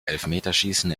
elfmeterschießen